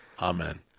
Amen